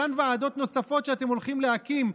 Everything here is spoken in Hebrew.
אותן ועדות נוספות שאתם הולכים להקים,